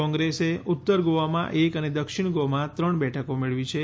કોંગ્રેસે ઉત્તર ગોવામાં એક અને દક્ષિણ ગોવામાં ત્રણ બેઠકો મેળવી છે